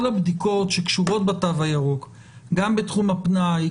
הבדיקות שקשורות בתו הירוק - גם בתחום הפנאי,